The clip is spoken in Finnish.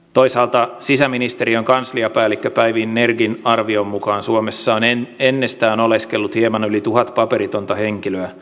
toisaalta sisäministeriön kansliapäällikkö päivi nergin arvion mukaan suomessa on ennestään oleskellut hieman yli tuhat paperitonta henkilöä